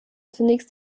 zunächst